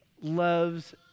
loves